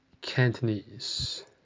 Cantonese